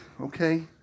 okay